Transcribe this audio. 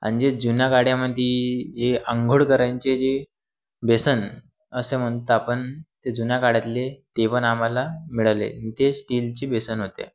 आणिजे जुन्या काळामध्ये जे आंघोळ करायचे जे बेसन असे म्हणता पण ते जुन्या काळातले ते पण आम्हाला मिळाले ते स्टीलची बेसन होते